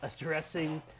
addressing